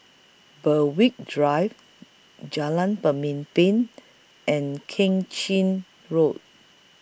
Berwick Drive Jalan Pemimpin and Keng Chin Road